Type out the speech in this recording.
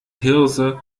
hirse